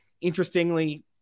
Interestingly